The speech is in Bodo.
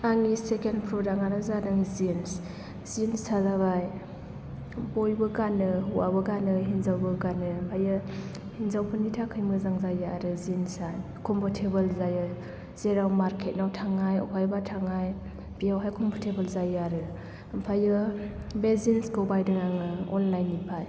आंनि सेकेन्द प्रडाक्ट आनो जादों जिन्स जिन्स आ जाबाय बयबो गानो हौवाबो गानो हिनजावबो गानो ओमफ्राय हिनजावफोरनि थाखाय मोजां जायो आरो जिन्स आ कम्फ'रटेबोल जायो जेराव मार्केट आव थांनाय बबेयावहायबा थांनाय बेयाव कम्फ'रटेबोल जायो आरो ओमफ्राय बे जिन्स खौ बायदों आङो अनलाइन निफ्राय